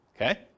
Okay